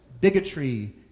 bigotry